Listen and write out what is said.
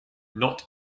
not